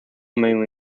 mainly